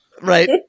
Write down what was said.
Right